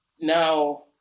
now